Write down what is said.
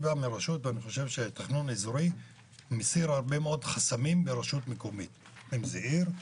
אני חושב שתכנון אזורי מסיר הרבה מאוד חסמים מרשות מקומית - אם זה עיר,